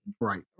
Right